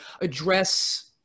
address